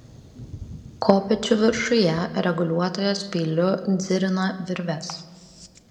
kopėčių viršuje reguliuotojas peiliu dzirina virves